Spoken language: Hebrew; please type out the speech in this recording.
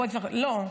לא.